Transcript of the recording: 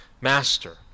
master